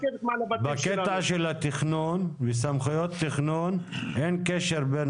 בקטע של התכנון ושל סמכויות התכנון אין קשר בין